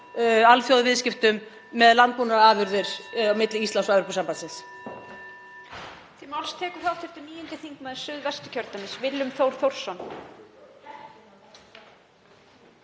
alþjóðaviðskiptum með landbúnaðarafurðir milli Íslands og Evrópusambandsins.